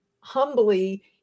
humbly